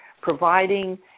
providing